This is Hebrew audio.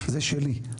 זה שלי.